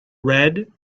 red